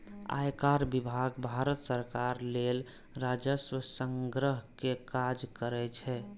आयकर विभाग भारत सरकार लेल राजस्व संग्रह के काज करै छै